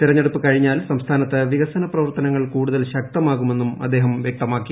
തിരഞ്ഞെടുപ്പ് കഴിഞ്ഞാൽ സംസ്ഥാനത്ത് വികസന പ്രവർത്തനങ്ങൾ കൂടുതൽ ശക്തമാകുമെന്നും അദ്ദേഹം വ്യക്തമാക്കി